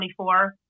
24